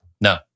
No